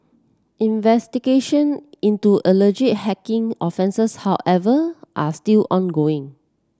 investigation into alleged hacking offences however are still ongoing